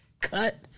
cut